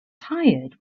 tired